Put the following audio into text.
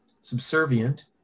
subservient